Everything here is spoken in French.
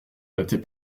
battait